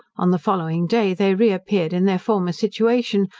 on the following day they re-appeared in their former situation,